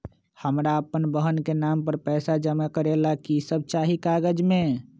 हमरा अपन बहन के नाम पर पैसा जमा करे ला कि सब चाहि कागज मे?